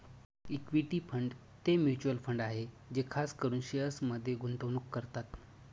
equity fund ते mutual fund आहे जे खास करून शेअर्समध्ये गुंतवणूक करतात